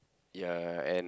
ya and